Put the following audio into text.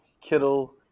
Kittle